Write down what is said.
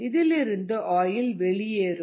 இதிலிருந்து ஆயில் வெளியேறும்